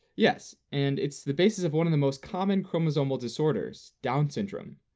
yes, and it's the basis of one of the most common chromosomal disorders down syndrome.